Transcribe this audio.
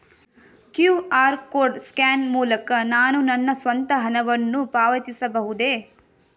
QR code scan ಮೂಲಕ ನಾನು ನನ್ನ ಸ್ವಂತ ಹಣವನ್ನು ಪಾವತಿಸಬಹುದೇ?